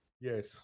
yes